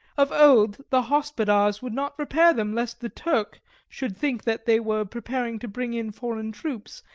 of old the hospadars would not repair them, lest the turk should think that they were preparing to bring in foreign troops,